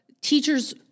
teachers